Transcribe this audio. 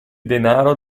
denaro